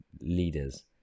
leaders